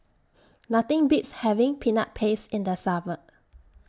Nothing Beats having Peanut Paste in The Summer